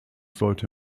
sollte